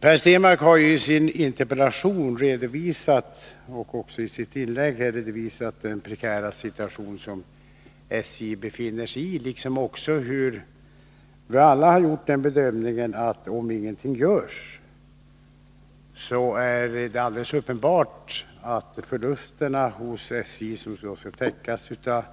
Per Stenmarck har i sin interpellation och också i sitt inlägg redogjort för den prekära situation som SJ befinner sig i liksom också för den bedömning vi alla har gjort, nämligen att om ingenting görs, är det alldeles uppenbart att de förluster hos SJ som skall täckas av